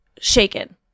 shaken